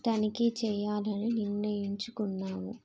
తనిఖీ చెయ్యాలని నిర్ణయించుకున్నాము